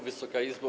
Wysoka Izbo!